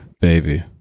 baby